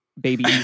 baby